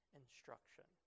instruction